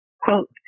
Quote